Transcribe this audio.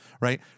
right